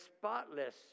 spotless